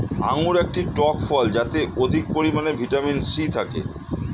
আঙুর একটি টক ফল যাতে অধিক পরিমাণে ভিটামিন সি থাকে